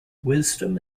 wisdom